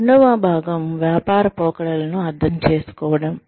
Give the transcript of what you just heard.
రెండవ భాగం వ్యాపార పోకడలను అర్థం చేసుకోవడం